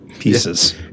pieces